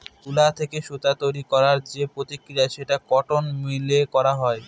তুলা থেকে সুতা তৈরী করার যে প্রক্রিয়া সেটা কটন মিলে করা হয়